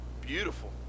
Beautiful